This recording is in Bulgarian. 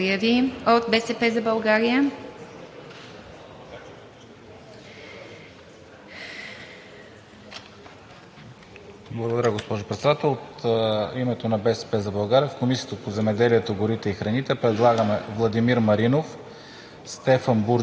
СВИЛЕНСКИ (БСП за България): Благодаря, госпожо Председател. От името на „БСП за България“ в Комисията по земеделието, храните и храните предлагаме Владимир Маринов,